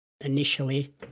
initially